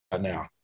now